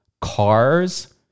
cars